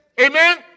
Amen